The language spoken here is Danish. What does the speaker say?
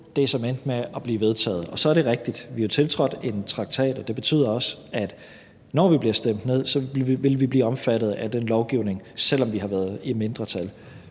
det, som endte med at blive vedtaget. Så er det rigtigt, at vi har tiltrådt en traktat, og det betyder også, at når vi bliver stemt ned, vil vi blive omfattet af den lovgivning, selv om vi har været i mindretal.